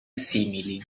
simili